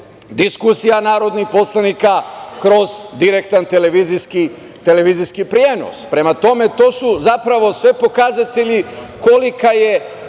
diskusija narodnih poslanika kroz direktan televizijski prenos. Prema tome, to su zapravo sve pokazatelji koliko je